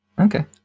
Okay